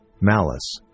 malice